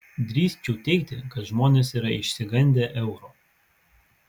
drįsčiau teigti kad žmonės yra išsigandę euro